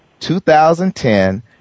2010